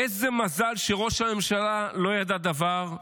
איזה מזל שראש הממשלה לא ידע דבר,